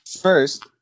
First